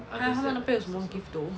还有他们那边有什么 gift though